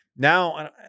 Now